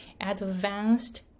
advanced